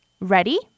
Ready